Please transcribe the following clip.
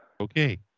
Okay